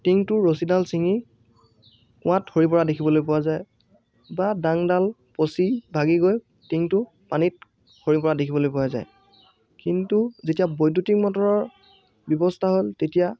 টিংটোৰ ৰছীদাল ছিঙি কুৱাঁত সৰিপৰা দেখিবলৈ পোৱা যায় বা ডাংডাল পচি ভাগি গৈ টিংটো পানীত সৰি পৰা দেখিবলৈ পোৱা যায় কিন্তু যেতিয়া বৈদ্যুতিক মটৰৰ ব্যৱস্থা হ'ল তেতিয়া